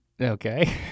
Okay